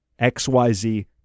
XYZ